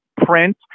print